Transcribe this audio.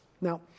Now